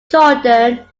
jordan